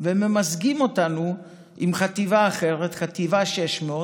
וממזגים אותנו עם חטיבה אחרת, חטיבה 600,